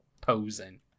posing